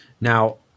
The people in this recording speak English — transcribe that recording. Now